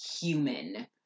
human